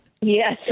Yes